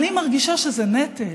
אני מרגישה שזה נטל,